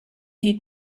die